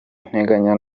nteganya